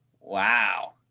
Wow